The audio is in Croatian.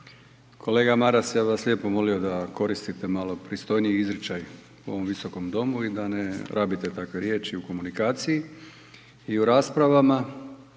Kolega Maras, ja bih vas lijepo molio da koristite malo pristojniji izričaj u ovom Visokom domu i da ne rabite takve riječi u komunikaciji i u raspravama